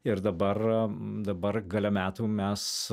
ir dabar dabar gale metų mes